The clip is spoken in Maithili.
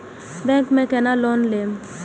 बैंक में केना लोन लेम?